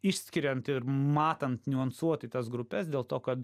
išskiriant ir matant niuansuotai tas grupes dėl to kad